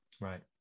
Right